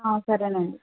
సరేనండి